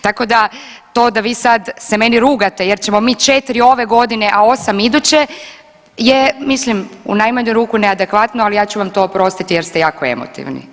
Tako da to da vi sada se meni rugate jer ćemo mi 4 ove godine, a 8 iduće je mislim u najmanju ruku neadekvatno, ali ja ću vam to oprostiti jer ste jako emotivni.